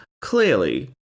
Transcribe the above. clearly